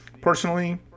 Personally